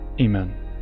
Amen